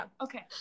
Okay